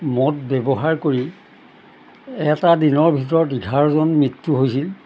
মদ ব্যৱহাৰ কৰি এটা দিনৰ ভিতৰত এঘাৰজন মৃত্যু হৈছিল